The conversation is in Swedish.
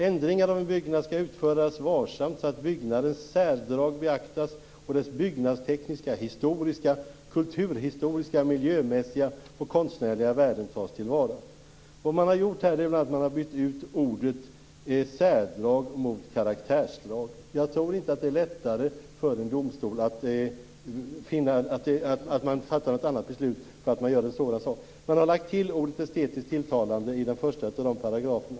Ändringar av en byggnad skall utföras varsamt så att byggnadens särdrag beaktas och dess byggnadstekniska, historiska, kulturhistoriska, miljömässiga och konstnärliga värden tas till vara. Man har här bytt ut ordet "särdrag" mot "karaktärsdrag". Jag tror inte att det är lättare för en domstol att fatta ett annat beslut på grund av detta. Man har också lagt till orden "estetiskt tilltalande" i den första av paragraferna.